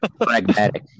Pragmatic